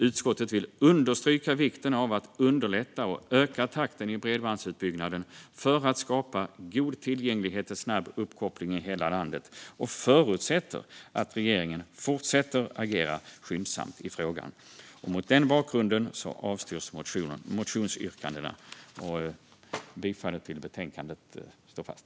Utskottet vill understryka vikten av att underlätta och öka takten i bredbandsutbyggnaden för att skapa god tillgänglighet till snabb uppkoppling i hela landet och förutsätter att regeringen fortsätter agera skyndsamt i frågan. Mot den bakgrunden avstyrker vi motionsyrkandena. Vårt tillstyrkande av förslaget i betänkandet står fast.